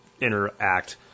interact